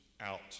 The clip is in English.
out